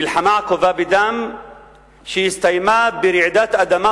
מלחמה עקובה מדם שהסתיימה ברעידת אדמה